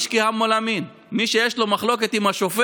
(אומר בערבית ומתרגם:) מי שיש לו מחלוקת עם השופט,